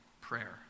prayer